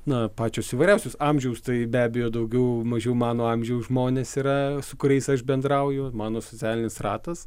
na pačios įvairiausios amžiaus tai be abejo daugiau mažiau mano amžiaus žmonės yra su kuriais aš bendrauju mano socialinis ratas